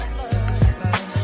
love